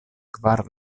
kvar